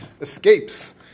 escapes